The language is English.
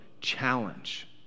challenge